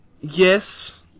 yes